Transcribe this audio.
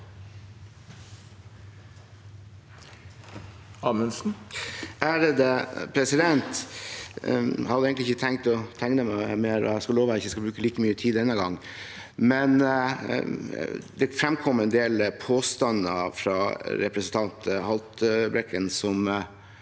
Amundsen (FrP) Jeg hadde egentlig ikke tenkt å tegne meg mer, og jeg lover at jeg ikke skal bruke like mye tid denne gangen, men det fremkommer en del påstander fra representanten Haltbrekken som